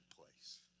place